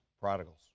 prodigals